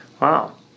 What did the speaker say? Wow